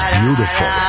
beautiful